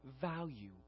value